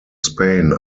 spain